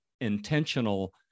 intentional